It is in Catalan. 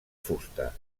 fusta